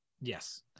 Yes